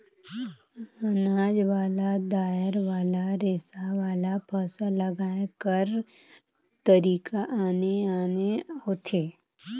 अनाज वाला, दायर वाला, रेसा वाला, फसल लगाए कर तरीका आने आने होथे